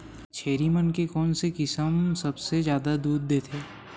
छेरी मन के कोन से किसम सबले जादा दूध देथे?